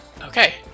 Okay